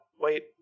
Wait